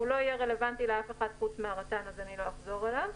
הוא לא יהיה רלוונטי לאף אחד חוץ מהרט"נ אז אני לא אחזור עליו.